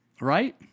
right